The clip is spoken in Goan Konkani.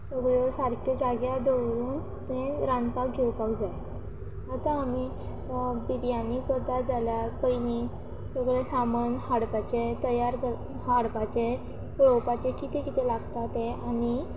सगळ्यो सारक्यो जाग्यार दवरून तें रांदपाक घेवपाक जाय आतां आमी बिरयानी करता जाल्यार पयलीं सगळें सामान हाडपाचें तयार कर हाडपाचें पळोवपाचें कितें कितें लागता तें आनी